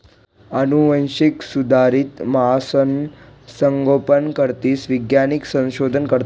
आनुवांशिक सुधारित मासासनं संगोपन करीसन वैज्ञानिक संशोधन करतस